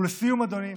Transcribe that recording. ולסיום, אדוני,